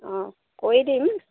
অঁ কৰি দিম